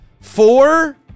Four